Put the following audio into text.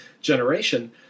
generation